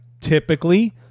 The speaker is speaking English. typically